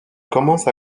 commence